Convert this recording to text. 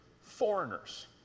foreigners